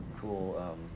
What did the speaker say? cool